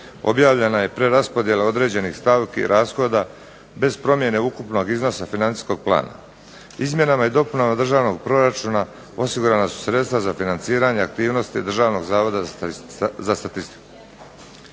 objavljena je preraspodjela određenih stavki rashoda bez promjene ukupnog iznosa financijskog plana. Izmjenama i dopunama Državnog proračuna osigurana su sredstva za financiranje aktivnosti Državnog zavoda za statistiku.